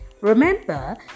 Remember